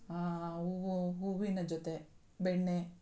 ಹೂವು ಹೂವಿನ ಜೊತೆ ಬೆಣ್ಣೆ